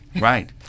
right